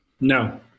no